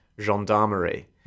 gendarmerie